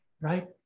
Right